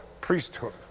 priesthood